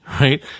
right